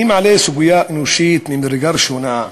אני מעלה סוגיה אנושית ממדרגה ראשונה,